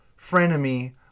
frenemy